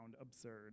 absurd